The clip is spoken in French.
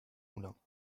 moulins